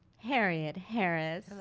harriet harris.